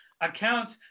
accounts